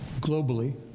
globally